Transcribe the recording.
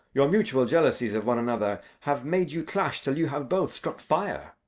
your mutual jealousies of one another have made you clash till you have both struck fire.